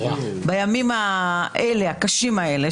בימים הקשים האלה,